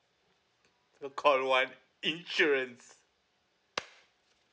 call one insurance